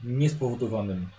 niespowodowanym